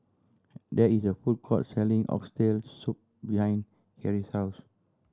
there is a food court selling Oxtail Soup behind Carey's house